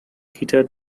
guitar